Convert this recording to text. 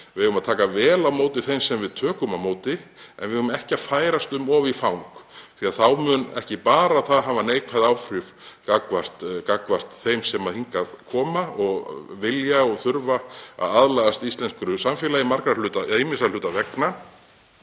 við eigum að taka vel á móti þeim sem við tökum á móti. En við eigum ekki að færast of mikið í fang því það mun ekki bara hafa neikvæð áhrif gagnvart þeim sem hingað koma og vilja og þurfa að aðlagast íslensku samfélagi ýmissa hluta vegna